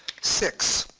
six,